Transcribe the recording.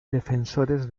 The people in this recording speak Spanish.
defensores